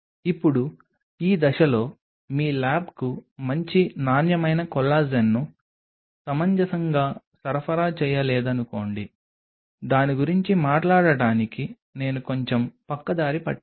ఇప్పుడు ఈ దశలో మీ ల్యాబ్కు మంచి నాణ్యమైన కొల్లాజెన్ని సమంజసంగా సరఫరా చేయలేదనుకోండి దాని గురించి మాట్లాడటానికి నేను కొంచెం పక్కదారి పట్టాను